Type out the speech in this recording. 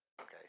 Okay